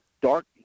dark